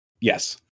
Yes